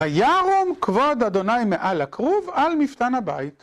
הירום כבוד אדוני מעל הכרוב על מפתן הבית.